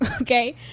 okay